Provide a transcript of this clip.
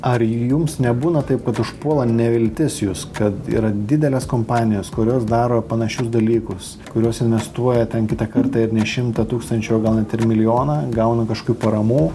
ar jums nebūna taip kad užpuola neviltis jus kad yra didelės kompanijos kurios daro panašius dalykus kurios investuoja ten kitą kartą ir ne šimtą tūkstančių o gal net ir milijoną gauna kažkokių paramų